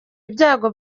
ibyago